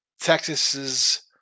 Texas's